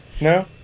No